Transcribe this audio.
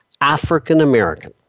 African-American